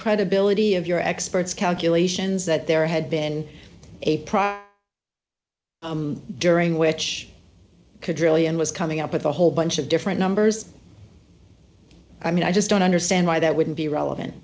credibility of your experts calculations that there had been a problem during which could really endless coming up with a whole bunch of different numbers i mean i just don't understand why that wouldn't be relevant